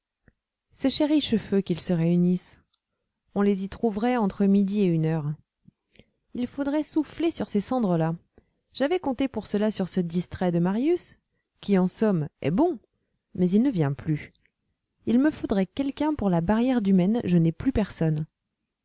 c'est chez richefeu qu'ils se réunissent on les y trouverait entre midi et une heure il faudrait souffler sur ces cendres là j'avais compté pour cela sur ce distrait de marius qui en somme est bon mais il ne vient plus il me faudrait quelqu'un pour la barrière du maine je n'ai plus personne